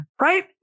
Right